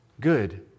good